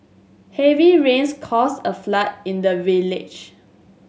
heavy rains caused a flood in the village